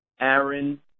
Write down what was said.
Aaron